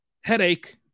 headache